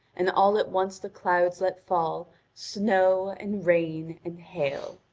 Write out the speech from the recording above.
and all at once the clouds let fall snow and rain and hail.